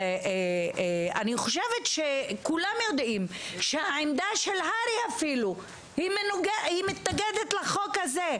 אני חושבת שכולם יודעים שאפילו העמדה של הר"י מתנגדת לחוק הזה,